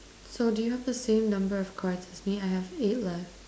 so do you have the same number of cards as me I have eight left